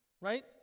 right